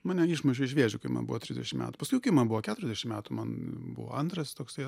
mane išmušė iš vėžių kai man buvo trisdešim metų paskui kai man buvo keturiasdešim metų man buvo antras toksai